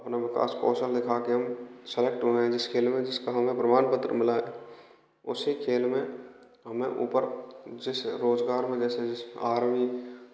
अपना विकास पोर्सन दिखा कर सेलेक्ट होंगे जिस खेल में जिसका हमें प्रमाण पत्र मिला है उसी खेल में हमें उपर जिस रोज़गार में जैसे आर्मी